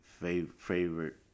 favorite